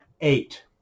Eight